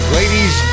ladies